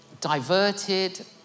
diverted